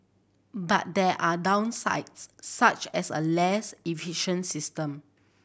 but there are downsides such as a less efficient system